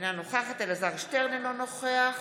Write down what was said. אינה נוכחת אלעזר שטרן, אינו נוכח